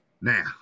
Now